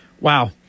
Wow